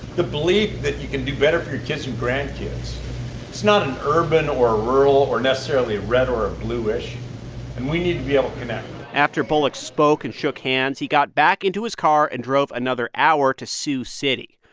the belief that you can do better for your kids and grandkids it's not an urban or a rural or necessarily a red or a blue issue, and we need to be able connect after bullock spoke and shook hands, he got back into his car and drove another hour to sioux city.